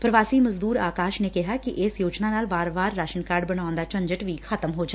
ਪ੍ਰਵਾਸੀ ਮਜ਼ਦੂਰ ਆਕਾਸ਼ ਨੇ ਕਿਹਾ ਕਿ ਇਸ ਯੋਜਨਾ ਨਾਲ ਵਾਰ ਵਾਰ ਰਾਸਨ ਕਾਰਡ ਬਣਾਉਣ ਦਾ ਝੰਜਟ ਖ਼ਤਮ ਹੋ ਜਾਏਗਾ